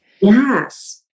Yes